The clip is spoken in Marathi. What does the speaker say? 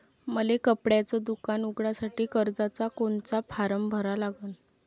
मले कपड्याच दुकान उघडासाठी कर्जाचा कोनचा फारम भरा लागन?